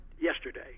yesterday